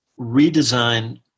redesign